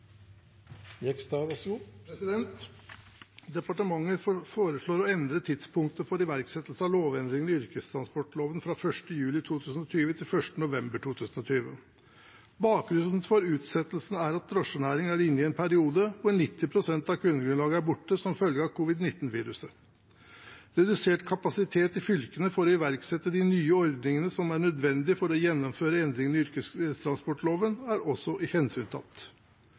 Departementet foreslår å endre tidspunktet for iverksettelse av lovendringene i yrkestransportloven fra 1. juli 2020 til 1. november 2020. Bakgrunnen for utsettelsen er at drosjenæringen er inne i en periode hvor 90 pst. av kundegrunnlaget er borte som følge av covid-19-viruset. Redusert kapasitet i fylkene til å iverksette de nye ordningene som er nødvendig for å gjennomføre endringene i yrkestransportloven, er også hensyntatt.